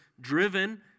driven